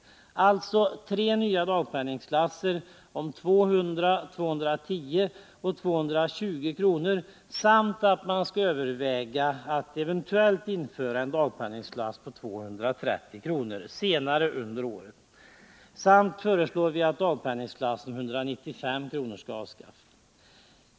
Det gäller alltså tre nya dagpenningklasser om 200, 210 och 220 kr. Vidare föreslår vi att man överväger att senare under året eventuellt införa en dagpenningklass som ger 230 kr. Dagpenningklassen som ger 195 kr. föreslås bli avskaffad.